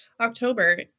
October